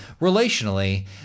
relationally